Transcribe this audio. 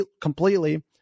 completely